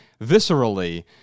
viscerally